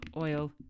Oil